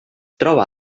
troba